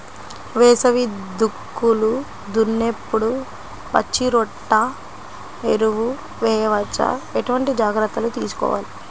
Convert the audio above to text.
వేసవి దుక్కులు దున్నేప్పుడు పచ్చిరొట్ట ఎరువు వేయవచ్చా? ఎటువంటి జాగ్రత్తలు తీసుకోవాలి?